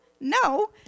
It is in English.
no